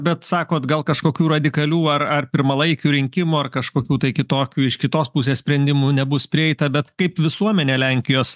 bet sakot gal kažkokių radikalių ar ar pirmalaikių rinkimų ar kažkokių kitokių iš kitos pusės sprendimų nebus prieita bet kaip visuomenė lenkijos